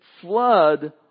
flood